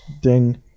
Ding